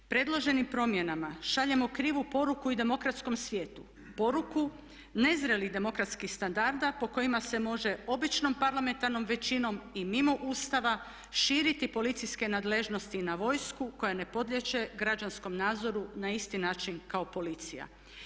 Predloženim promjenama šaljemo krivu poruku i demokratskom svijetu, poruku nezrelih demokratskih standarda po kojima se može običnom parlamentarnom većinom i mimo Ustava širiti policijske nadležnosti i na vojsku koja ne podliježe građanskom nadzoru na isti način kao policija.